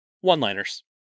One-liners